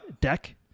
deck